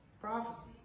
prophecy